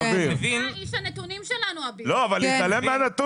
מכיוון שכמעסיק זה לא משתלם לי,